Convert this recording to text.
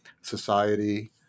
society